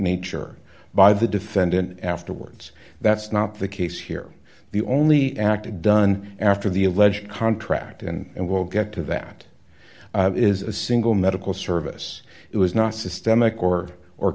nature by the defendant afterwards that's not the case here the only act of done after the alleged contract and we'll get to that is a single medical service it was not systemic or or